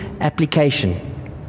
application